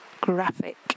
graphic